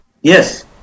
yes